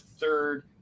third